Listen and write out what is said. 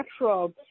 Natural